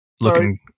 looking